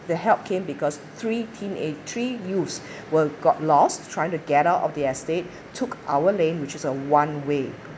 the help came because three teenage three youths were got lost trying to get out of the estate took our lane which is a one way